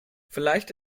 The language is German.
vielleicht